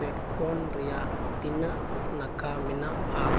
ᱯᱮᱴᱠᱚᱱ ᱨᱮᱭᱟᱜ ᱛᱤᱱᱟᱹᱜ ᱱᱟᱠᱷᱟ ᱢᱮᱱᱟᱜᱼᱟ